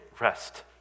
Rest